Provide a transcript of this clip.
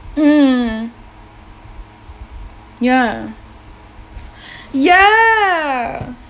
mm ya ya